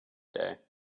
day